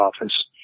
office